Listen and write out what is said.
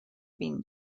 been